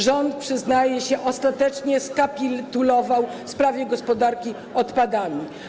Rząd przyznaje się, że ostatecznie skapitulował w sprawie gospodarki odpadami.